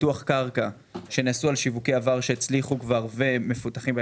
פיתוח קרקע שנעשו על שיווקי עבר שהצליחו כבר ומפותחת בה